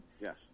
Yes